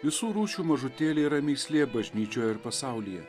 visų rūšių mažutėliai yra mįslė bažnyčioje ir pasaulyje